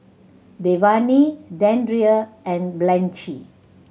Dewayne Deandre and Blanchie